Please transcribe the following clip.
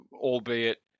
albeit